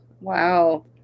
Wow